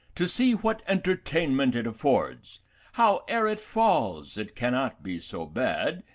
to see what entertainment it affords how ere it falls, it cannot be so bad,